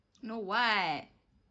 no what